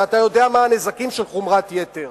ואתה יודע מה הנזקים של חומרת יתר.